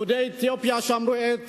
יהודי אתיופיה שמרו את